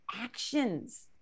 actions